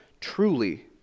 truly